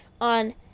on